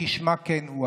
כשמו כן הוא,